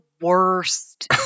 worst